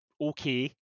okay